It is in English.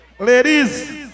Ladies